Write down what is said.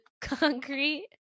concrete